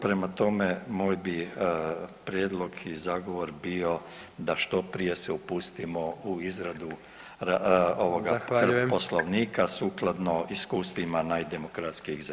Prema tome, moj bi prijedlog i zagovor bio da što prije se upustimo u izradu ovoga Poslovnika [[Upadica: Zahvaljujem.]] sukladno iskustvima najdemokratskijih zemalja.